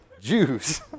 Jews